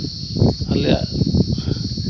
ᱟᱞᱮᱭᱟᱜ